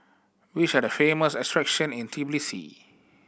which are the famous attraction in Tbilisi